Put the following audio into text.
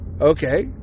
Okay